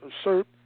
assert